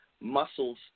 muscles